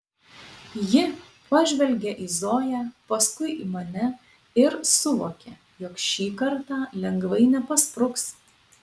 ji pažvelgia į zoją paskui į mane ir suvokia jog šį kartą lengvai nepaspruks